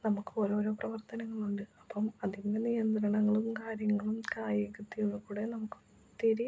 നമക്കോരോരോ പ്രവർത്തനങ്ങളുണ്ട് അപ്പോള് അതിന്റെ നിയന്ത്രണങ്ങളും കാര്യങ്ങളും കായികത്തിലൂടെ നമുക്കൊത്തിരി